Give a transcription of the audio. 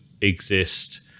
exist